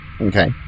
Okay